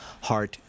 heart